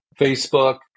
Facebook